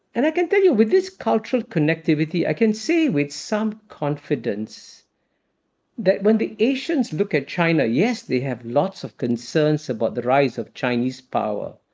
and i can tell you, with this cultural connectivity, i can say with some confidence that when the asians look at china, yes, they have lots of concerns about the rise of chinese power,